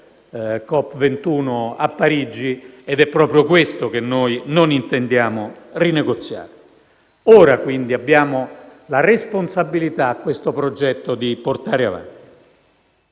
COP 21 a Parigi ed è proprio questo che noi non intendiamo rinegoziare. Ora quindi abbiamo la responsabilità di portare avanti